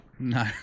No